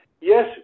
yes